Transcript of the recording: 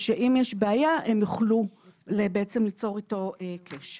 שאם יש בעיה, הם יוכלו בעצם ליצור איתו קשר.